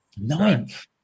Ninth